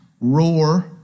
roar